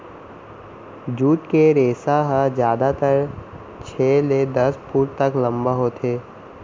jute के रेसा ह जादातर छै ले दस फूट तक लंबा होथे